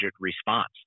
response